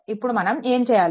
ఇప్పుడు మనం ఏం చేయాలి